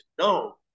No